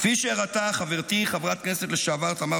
כפי שהראתה חברתי חברת הכנסת לשעבר תמר